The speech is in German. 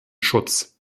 schutz